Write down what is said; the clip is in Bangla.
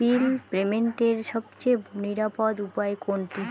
বিল পেমেন্টের সবচেয়ে নিরাপদ উপায় কোনটি?